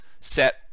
set